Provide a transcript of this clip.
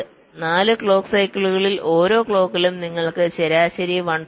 അതിനാൽ 4 ക്ലോക്ക് സൈക്കിളുകളിൽ ഓരോ ക്ലോക്കിലും നിങ്ങൾക്ക് ശരാശരി 1